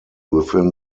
within